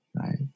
right